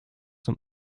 zum